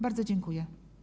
Bardzo dziękuję.